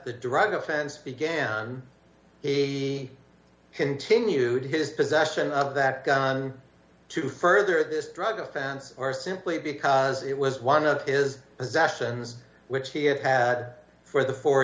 the drug offense began a continued his possession of that gun to further this drug offense or simply because it was one of his possessions which he had had for the fo